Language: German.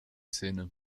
szene